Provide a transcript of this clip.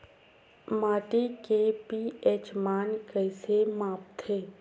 माटी के P H कइसे मापथे?